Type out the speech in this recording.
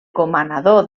comanador